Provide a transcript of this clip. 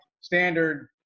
Standard